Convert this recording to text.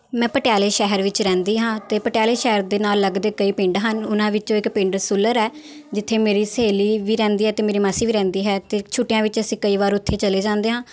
ਮੈਂ ਪਟਿਆਲੇ ਸ਼ਹਿਰ ਵਿੱਚ ਰਹਿੰਦੀ ਹਾਂ ਅਤੇ ਪਟਿਆਲੇ ਸ਼ਹਿਰ ਦੇ ਨਾਲ ਲੱਗਦੇ ਕਈ ਪਿੰਡ ਹਨ ਉਹਨਾਂ ਵਿੱਚੋ ਇੱਕ ਪਿੰਡ ਸੂਲਰ ਹੈ ਜਿੱਥੇ ਮੇਰੀ ਸਹੇਲੀ ਵੀ ਰਹਿੰਦੀ ਹੈ ਅਤੇ ਮਾਸੀ ਵੀ ਰਹਿੰਦੀ ਹੈ ਅਤੇ ਛੁੱਟੀਆਂ ਵਿੱਚ ਅਸੀਂ ਕਈ ਵਾਰ ਅਸੀਂ ਉੱਥੇ ਚਲੇ ਜਾਂਦੇ ਹਾਂ